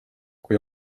kui